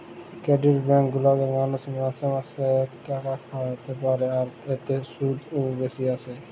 credit bank গুলাতে মালুষ মাসে মাসে তাকাখাটাতে পারে, আর এতে শুধ ও বেশি আসে